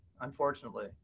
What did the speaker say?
unfortunately